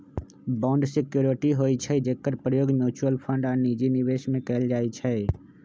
bond security होइ छइ जेकर प्रयोग म्यूच्यूअल फंड आऽ निजी निवेश में कएल जाइ छइ